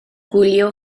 gwylio